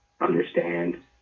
understand